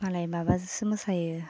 मालाय माबाजोंसो मोसायो